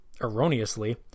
erroneously